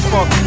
Fuck